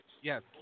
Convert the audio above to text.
Yes